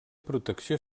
protecció